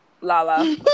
Lala